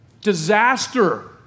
disaster